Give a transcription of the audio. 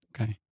Okay